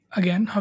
again